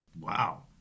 Wow